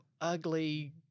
ugly